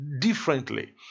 differently